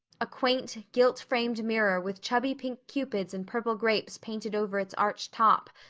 a quaint, gilt-framed mirror with chubby pink cupids and purple grapes painted over its arched top,